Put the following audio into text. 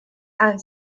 and